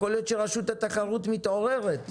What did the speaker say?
יכול להיות שרשות התחרות מתעוררת,